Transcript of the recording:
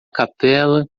capella